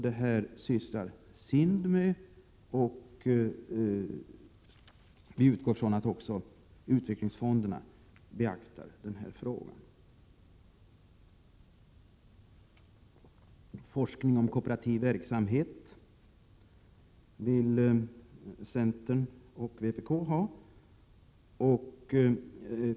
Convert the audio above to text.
Detta sysslar SIND med, och jag utgår från att också utvecklingsfonderna beaktar frågan. Forskning om kooperativ verksamhet vill centern och vpk ha.